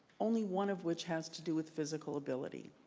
only one of which has to do with physical ability.